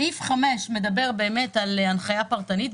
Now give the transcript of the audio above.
סעיף 5 מדבר באמת על הנחיה פרטנית.